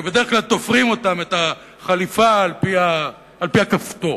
שבדרך כלל תופרים אותם, את החליפה על-פי הכפתור,